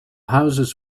houses